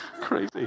crazy